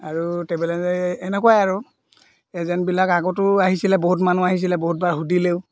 আৰু ট্ৰেভেল এজে এনেকুৱাই আৰু এজেণ্টবিলাক আগতো আহিছিলে বহুত মানুহ আহিছিলে বহুতবাৰ সুধিলেও